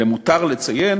למותר לציין